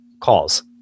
calls